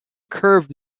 curved